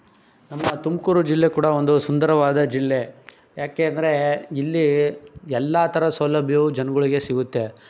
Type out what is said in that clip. ನಮ್ಮ ತುಮಕೂರು ಜಿಲ್ಲೆ ಕೂಡ ಒಂದು ಸುಂದರವಾದ ಜಿಲ್ಲೆ ಯಾಕೆಂದರೆ ಇಲ್ಲಿ ಎಲ್ಲ ಥರ ಸೌಲಭ್ಯವು ಜನ್ಗಳಿಗೆ ಸಿಗುತ್ತೆ